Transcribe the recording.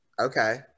Okay